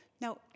Now